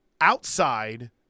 outside